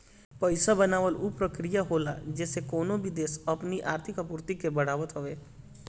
पईसा बनावल उ प्रक्रिया होला जेसे कवनो भी देस अपनी आर्थिक आपूर्ति के बढ़ावत हवे